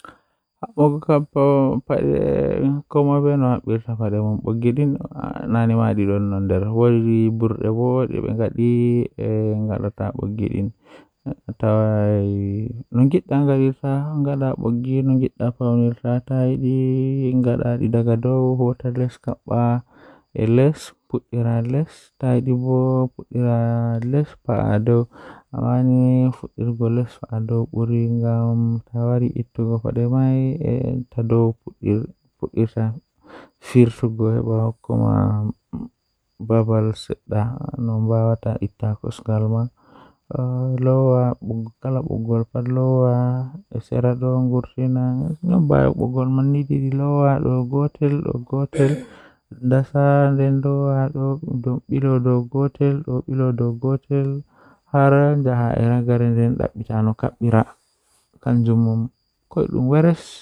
Asoda leedama bongel waawi wiiɗde kessol, foti naatude leydi ngal. Hokka kessol ngam jamɗude e hoore. Hokkira walla yaltira leydi ngal ngam nafaade. Naftu tuma waɗi, wiiɗi ngal ɗum e ko ɓe fiyaama. Jooɗi ɗum kadi e kanɗe, ɓurta ɗum. Jooni aɗa waawi goonga